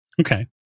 Okay